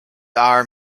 are